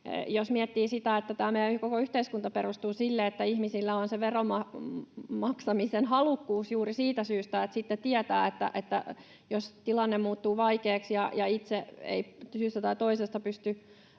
jos miettii sitä, että tämä meidän koko yhteiskunta perustuu sille, että ihmisillä on veronmaksamisen halukkuus juuri siitä syystä, että sitten tietää, että jos tilanne muuttuu vaikeaksi ja itse ei syystä tai toisesta pysty